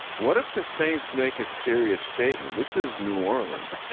what if the saints make a serious statement? this is new orleans.